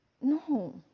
No